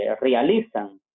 realizan